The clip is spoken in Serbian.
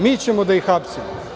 Mi ćemo da ih hapsimo.